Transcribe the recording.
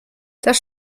das